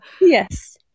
Yes